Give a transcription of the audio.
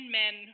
men